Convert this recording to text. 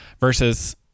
versus